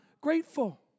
grateful